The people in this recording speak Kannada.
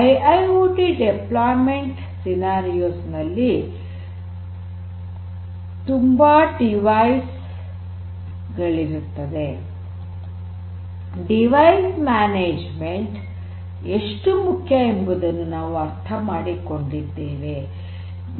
ಐಐಓಟಿ ನಿಯೋಜನೆ ಸನ್ನಿವೇಶದಲ್ಲಿ ತುಂಬಾ ಡಿವೈಸ್ ಗಳಿರುತ್ತವೆ ಸಾಧನ ನಿರ್ವಹಣೆ ಎಷ್ಟು ಮುಖ್ಯ ಎಂಬುದನ್ನು ನಾವು ಅರ್ಥ ಮಾಡಿಕೊಂಡಿದ್ದೇವೆ